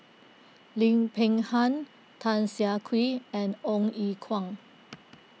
Lim Peng Han Tan Siah Kwee and Ong Ye Kung